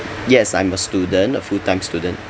yes I'm a student a full time student